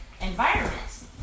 environments